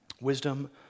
Wisdom